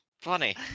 funny